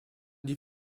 die